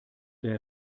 der